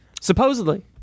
Supposedly